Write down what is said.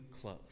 close